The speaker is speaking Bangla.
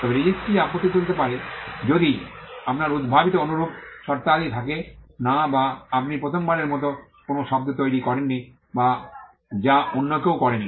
তবে রেজিস্ট্রি আপত্তি তুলতে পারে যদি আপনার উদ্ভাবিত অনুরূপ শর্তাদি থাকে না বা আপনি প্রথমবারের মতো কোনও শব্দ তৈরি করেননি যা অন্য কেউ করেনি